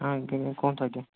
ଆଁ ଗିନି କୁହନ୍ତୁ ଆଜ୍ଞା